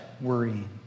worrying